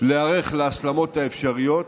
להיערך להסלמות האפשריות.